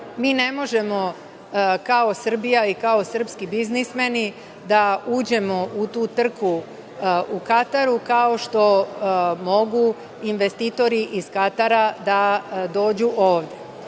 mi ne možemo kao Srbija i kao srpski biznismeni da uđemo u tu trku u Kataru kao što mogu investitori iz Katara da dođu